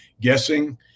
guessing